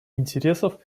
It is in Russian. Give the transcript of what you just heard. интересов